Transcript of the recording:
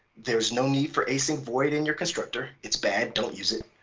there's no need for async void in your constructor. it's bad, don't use it.